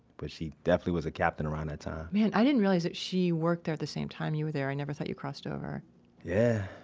but she definitely was a captain around at a time man, i didn't realize that she worked there at the same time you were there. i never thought you crossed over yeah.